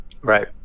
Right